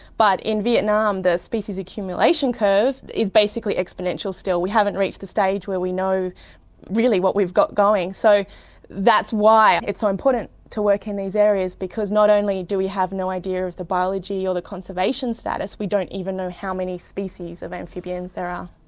but in vietnam the species accumulation curve is basically exponential still, we haven't reached the stage where we know really what we have got going. so that's why it's so important to work in these areas because not only do we have no idea of the biology or the conservation status, we don't even know how many species of amphibians there are.